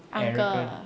uncle ah